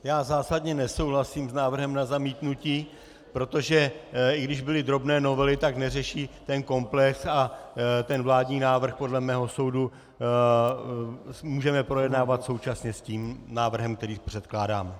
Já zásadně nesouhlasím s návrhem na zamítnutí, protože i když byly drobné novely, tak neřeší ten komplex a vládní návrh podle mého soudu můžeme projednávat současně s návrhem, který předkládám.